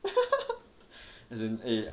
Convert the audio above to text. as in eh